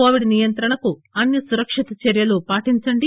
Covid నియంత్రణకు అన్ని సురక్షిత చర్యలూ పాటించండి